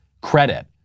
credit